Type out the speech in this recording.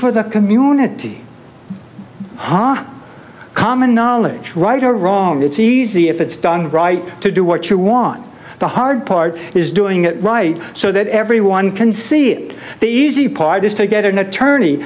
for the community ha common knowledge right or wrong it's easy if it's done right to do what you want the hard part is doing it right so that everyone can see it the easy part is to get an attorney